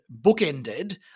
bookended